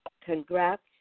congrats